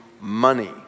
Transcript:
money